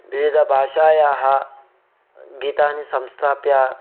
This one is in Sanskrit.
विविदभाषायाः गीतानि संस्थाप्य